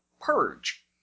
Purge